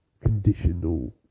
conditional